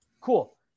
cool